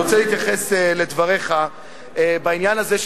אני רוצה להתייחס לדבריך בעניין הזה,